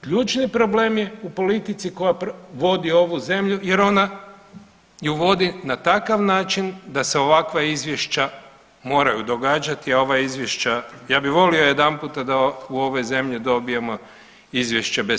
Ključni problem je u politici koja vodi ovu zemlju jer ona je vodi na takav način da se ovakva izvješća moraju događati, a ova izvješća, ja bih volio jedan puta da u ovoj zemlji dobijemo izvješće bez primjedbi.